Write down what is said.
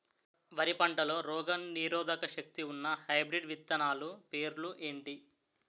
వరి పంటలో రోగనిరోదక శక్తి ఉన్న హైబ్రిడ్ విత్తనాలు పేర్లు ఏంటి?